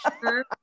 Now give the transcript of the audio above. sure